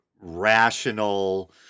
rational